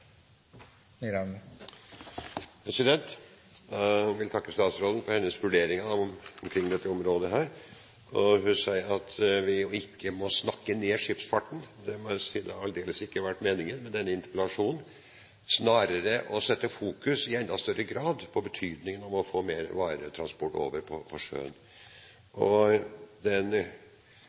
vil takke statsråden for hennes vurdering omkring dette området. Hun sier at vi ikke må snakke ned skipsfarten, noe som aldeles ikke har vært meningen med denne interpellasjonen, som snarere i enda større grad setter fokus på betydningen av å få mer varer og transport over på sjøen. Den koinsidensen at statsråden gikk ut for to dager siden og